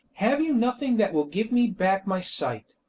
have you nothing that will give me back my sight?